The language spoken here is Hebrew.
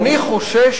אני חושש,